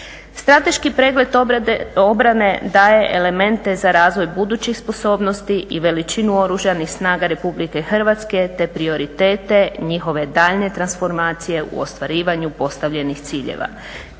Strateški pregled obrane daje elemente za razvoj budućih sposobnosti i veličinu oružanih snaga RH te prioritete, njihove daljnje transformacije u ostvarivanju postavljenih ciljeva.